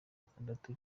atandatu